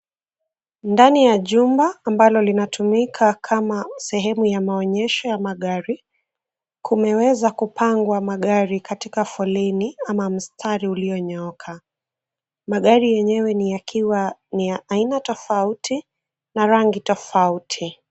Ndani ya jumba ambalo linatumika kama sehemu ya maonyesho ya magari kumeweza kupangwa magari katika foleni ama mstari ulionyooka. Magari yenyewe ni yakiwa aina tofauti na rangi tofauti.